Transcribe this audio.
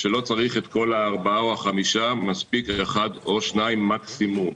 שלא צריך את כל הארבעה או חמישה מספיק אחד או שניים מקסימום.